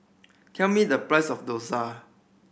tell me the price of dosa